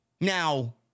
Now